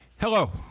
Hello